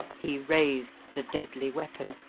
he raised the deadly weapon.